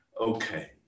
okay